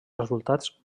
resultats